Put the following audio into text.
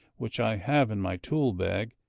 which i have in my tool-bag,